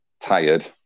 tired